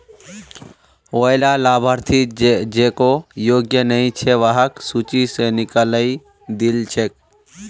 वैला लाभार्थि जेको योग्य नइ छ वहाक सूची स निकलइ दिल छेक